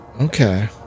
okay